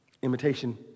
Imitation